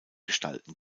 gestalten